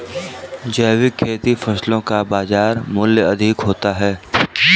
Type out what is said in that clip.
जैविक खेती वाली फसलों का बाजार मूल्य अधिक होता है